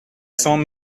cents